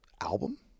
album